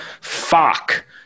fuck